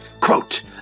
Quote